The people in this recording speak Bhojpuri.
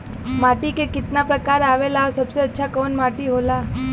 माटी के कितना प्रकार आवेला और सबसे अच्छा कवन माटी होता?